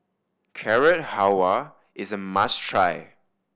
Carrot Halwa is a must try